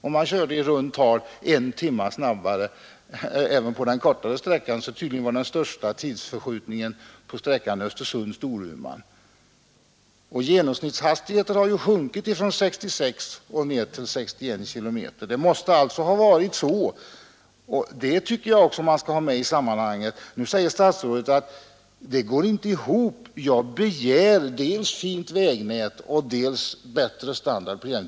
Även på den kortare sträckan var körtiden ca 1 timme kortare; tydligen låg den största tidsförskjutningen på sträckan Östersund—Storuman. Genomsnittshastigheten har sjunkit från 66 kilometer per timme till 61 kilometer per timme. Statsrådet säger att jag inte kan både begära fint vägnät och bättre standard på järnvägen.